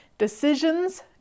Decisions